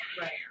Right